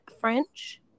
French